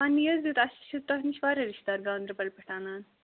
پَنٕنی حظ دیُت اَسہِ چھُ تۄہہِ نِش واریاہ رِشتہٕ دار گانٛدَربَل پٮ۪ٹھ اَنان